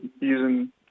using